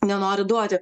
nenori duoti